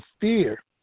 fear